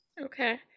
Okay